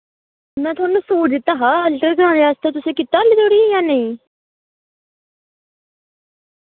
में थोआनू सूट दित्ता हा अल्टर कराने आस्तै तुसें कीता आल्ली धोड़ी जां नेईं